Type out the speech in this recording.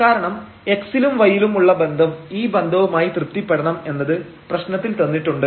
കാരണം x ലും y ലും ഉള്ള ബന്ധം ഈ ബന്ധവുമായി തൃപ്തിപ്പെടണം എന്നത്പ്രശ്നത്തിൽ തന്നിട്ടുണ്ട്